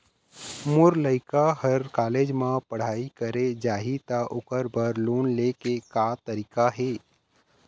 मोर लइका हर कॉलेज म पढ़ई करे जाही, त ओकर बर लोन ले के का तरीका हे?